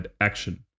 action